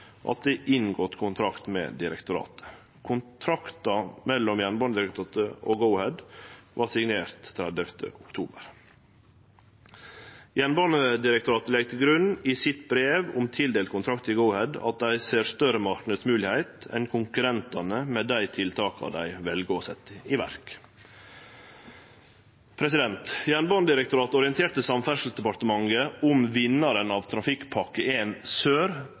det inngått kontrakt med direktoratet. Kontrakten mellom Jernbanedirektoratet og Go-Ahead vart signert 30. oktober 2018. Jernbanedirektoratet legg til grunn i sitt brev om tildelt kontrakt til Go-Ahead at dei ser større marknadsmoglegheiter enn konkurrentane med dei tiltaka dei vel å setje i verk. Jernbanedirektoratet orienterte Samferdselsdepartementet om vinnaren av Trafikkpakke 1 Sør